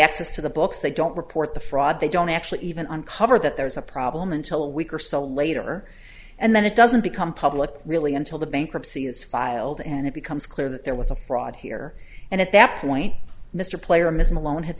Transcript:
access to the books they don't report the fraud they don't actually even uncover that there is a problem until a week or so later and then it doesn't become public really until the bankruptcy is filed and it becomes clear that there was a fraud here and at that point mr player missing a loan ha